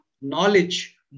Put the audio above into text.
knowledge